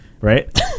right